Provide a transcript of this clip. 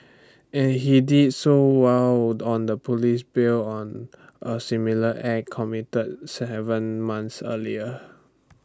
and he did so while on the Police bail on A similar act committed Seven months earlier